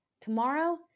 Tomorrow